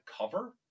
cover